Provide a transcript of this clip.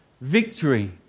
Victory